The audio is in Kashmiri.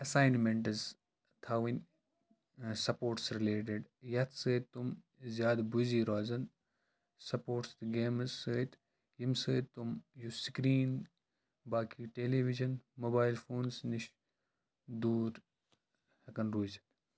اٮ۪ساینٛمٮ۪نٛٹٕز تھاوٕنۍ سَپوٹٕس رِلیٹٕڈ یَتھ سۭتۍ تِم زیادٕ بِزی روزَن سَپوٹٕس تہٕ گیمٕز سۭتۍ ییٚمہِ سۭتۍ تِم یُس سِکریٖن باقٕے ٹیلی وِجَن موبایِل فونَس نِش دوٗر ہٮ۪کَن روٗزِتھ